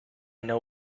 know